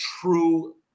true